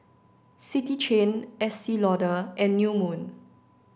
City Chain Estee Lauder and New Moon